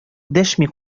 дәшми